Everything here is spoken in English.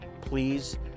Please